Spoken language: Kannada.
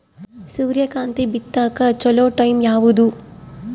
ಸೂರ್ಯಕಾಂತಿ ಬಿತ್ತಕ ಚೋಲೊ ಟೈಂ ಯಾವುದು?